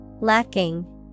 Lacking